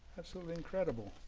absolutely incredible